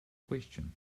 question